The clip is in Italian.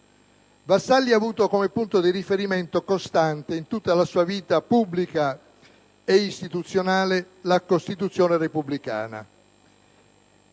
Vassalli ha avuto come punto di riferimento costante in tutta la sua vita pubblica e istituzionale la Costituzione repubblicana.